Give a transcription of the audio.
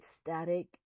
static